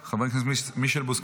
חבר הכנסת מישל בוסקילה,